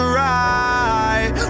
right